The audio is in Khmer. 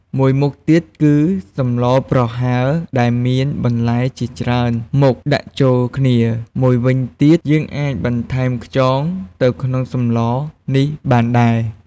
មួយមុខទៀតគឺសម្លរប្រហើរដែលមានបន្លែជាច្រើនមុខដាក់ចូលគ្នា មួយវិញទៀត យើងក៏អាចបន្ថែមខ្យងទៅក្នុងសម្លរនេះបានដែរ។